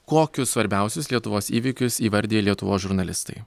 kokius svarbiausius lietuvos įvykius įvardija lietuvos žurnalistai